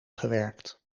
gewerkt